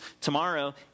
tomorrow